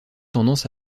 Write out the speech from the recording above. tendance